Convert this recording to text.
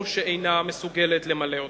או שאינה מסוגלת למלא אותו.